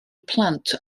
blant